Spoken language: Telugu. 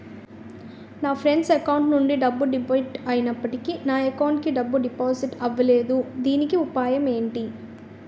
నా ఫ్రెండ్ అకౌంట్ నుండి డబ్బు డెబిట్ అయినప్పటికీ నా అకౌంట్ కి డబ్బు డిపాజిట్ అవ్వలేదుదీనికి ఉపాయం ఎంటి?